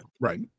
Right